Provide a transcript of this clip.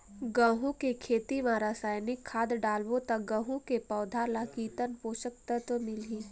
गंहू के खेती मां रसायनिक खाद डालबो ता गंहू के पौधा ला कितन पोषक तत्व मिलही?